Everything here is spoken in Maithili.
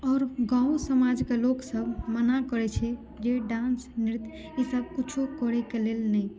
आओर गाँवो समाज के लोक सब मना करै छै जे डांस नृत्य ई सब कुछो करै के लेल नहि